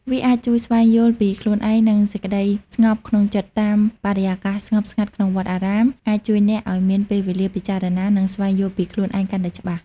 វាអាចជួយស្វែងយល់ពីខ្លួនឯង និងសេចក្ដីស្ងប់ក្នុងចិត្តតាម បរិយាកាសស្ងប់ស្ងាត់ក្នុងវត្តអារាម អាចជួយអ្នកឱ្យមានពេលវេលាពិចារណា និងស្វែងយល់ពីខ្លួនឯងកាន់តែច្បាស់។